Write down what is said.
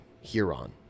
Huron